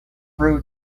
brew